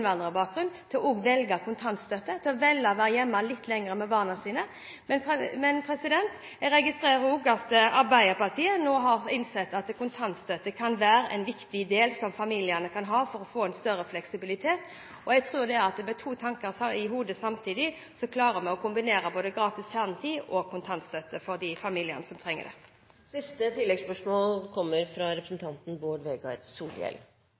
velge kontantstøtte, velge å være hjemme litt lenger med barna sine. Men jeg registrerer også at Arbeiderpartiet nå har innsett at kontantstøtte kan være viktig for familiene for å få større fleksibilitet. Jeg tror at med to tanker i hodet samtidig klarer vi å kombinere gratis kjernetid og kontantstøtte for de familiene som trenger det. Bård Vegar Solhjell – til siste oppfølgingsspørsmål. Solhjell